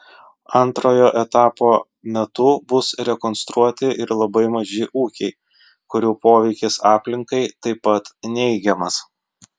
antrojo etapo metu bus rekonstruoti ir labai maži ūkiai kurių poveikis aplinkai taip pat neigiamas